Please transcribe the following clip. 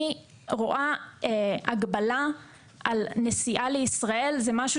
אני רואה בהגבלה על נסיעה לישראל כמשהו